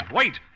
wait